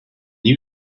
you